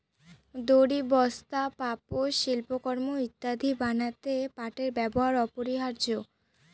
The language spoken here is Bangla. দড়ি, বস্তা, পাপোষ, শিল্পকর্ম ইত্যাদি বানাতে পাটের ব্যবহার অপরিহার্য